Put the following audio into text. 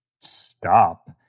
stop